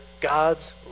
God's